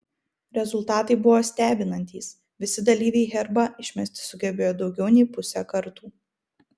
rezultatai buvo stebinantys visi dalyviai herbą išmesti sugebėjo daugiau nei pusę kartų